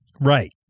Right